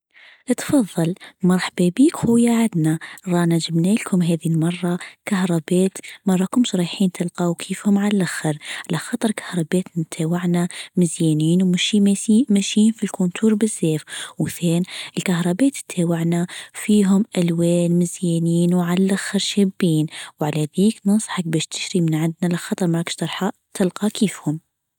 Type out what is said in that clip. اتفضل مرحبا بيك خويا عدنا رانا جبنالكوم هادي المرة كهربات. مراكومش رايحين تلقاو كيفهم عالاخر على خاطرك نتاوعنا مزيانين وماشيماسي -ماشي بزاف الكهرباء تاوعنا فيهم الوان مزيانين نعلق شابين نصحك باش تشتري من عندنا الخدمات تلقى كيفهم ؟